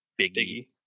biggie